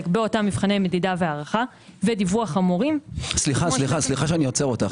באותם מבחני מדידה והערכה ודיווח המורים- -- סליחה שאני עוצר אותך.